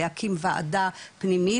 להקים וועדה פנימית,